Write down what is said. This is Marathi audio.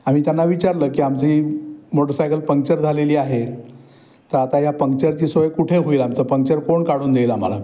आम्ही त्यांना विचारलं की आमचं ही मोटरसायकल पंक्चर झालेली आहे तर आता या पंक्चरची सोय कुठे होईल आमचं पंक्चर कोण काढून देईल आम्हाला